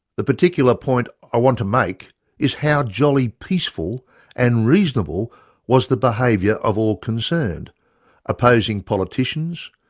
the particular point i want to make is how jolly peaceful and reasonable was the behaviour of all concerned opposing politicians,